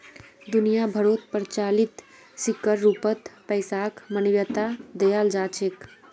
दुनिया भरोत प्रचलित सिक्कर रूपत पैसाक मान्यता दयाल जा छेक